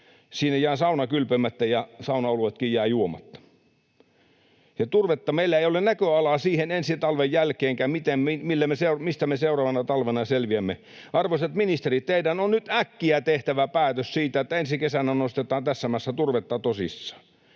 Siinä jää sauna kylpemättä ja saunaoluetkin jäävät juomatta. Meillä ei ole näköalaa ensi talven jälkeen siihen, millä me seuraavana talvena selviämme. Arvoisat ministerit, teidän on nyt äkkiä tehtävä päätös siitä, että ensi kesänä nostetaan tässä maassa turvetta tosissaan.